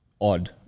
odd